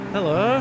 Hello